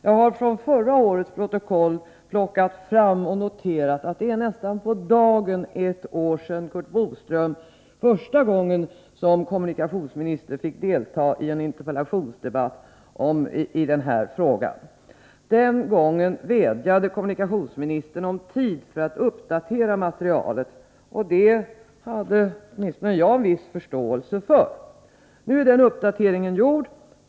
Jag har plockat fram förra årets protokoll, och jag noterar att det är nästan på dagen ett år sedan Curt Boström i egenskap av kommunikationsminister för första gången deltog i en interpellationsdebatt i den här frågan. Den gången vädjade kommunikationsministern om tid för uppdatering av 43 materialet, och det hade åtminstone jag en viss förståelse för. Nu är den uppdateringen gjord.